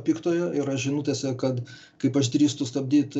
piktojo yra žinutėse kad kaip aš drįstu stabdyt